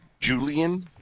Julian